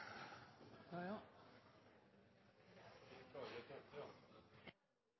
ei